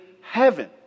heaven